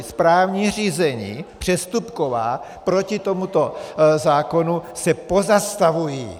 správní řízení přestupková proti tomuto zákonu se pozastavují.